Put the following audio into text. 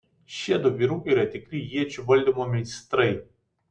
šiedu vyrukai yra tikri iečių valdymo meistrai